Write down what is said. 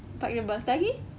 park the bus lagi